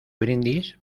brindis